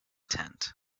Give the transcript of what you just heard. tent